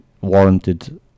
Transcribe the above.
warranted